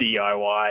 DIY